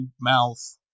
mouth